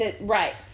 Right